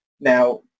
Now